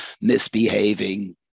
misbehaving